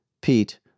Pete